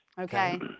Okay